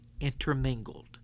intermingled